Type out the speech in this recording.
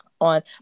on